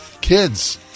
kids